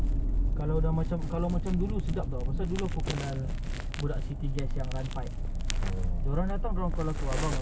no but right now very hard because dia orang pakai sub con even err City Gas they use sub con they no longer use their own guys